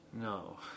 No